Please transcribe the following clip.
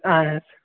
اَہَن حظ